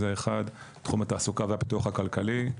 תחום התעסוקה והפיתוח הכלכלי,